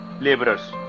laborers